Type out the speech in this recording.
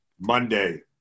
Monday